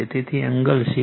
તેથી એંગલ 76